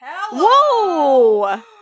Whoa